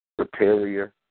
superior